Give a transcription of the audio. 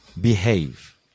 behave